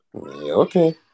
okay